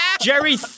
Jerry